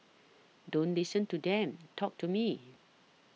don't listen to them talk to me